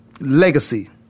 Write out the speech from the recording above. Legacy